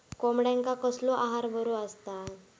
कोंबड्यांका कसलो आहार बरो असता?